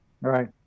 Right